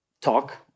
talk